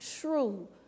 true